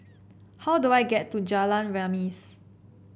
how do I get to Jalan Remis